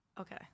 okay